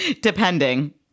Depending